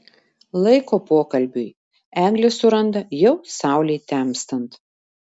laiko pokalbiui eglė suranda jau saulei temstant